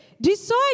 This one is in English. decide